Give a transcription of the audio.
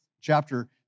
Chapter